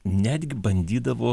netgi bandydavo